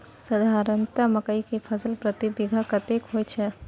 साधारणतया मकई के फसल प्रति बीघा कतेक होयत छै?